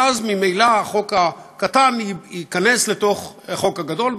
ואז ממילא החוק הקטן ייכנס לתוך החוק הגדול,